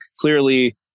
clearly